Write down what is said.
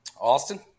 Austin